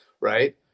right